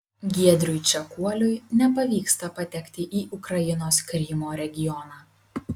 giedriui čekuoliui nepavyksta patekti į ukrainos krymo regioną